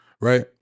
right